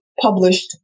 published